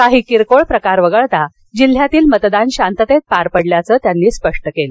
काही किरकोळ प्रकार वगळता जिल्ह्यातील मतदान शांततेत पार पडल्याचं त्यांनी स्पष्ट केलं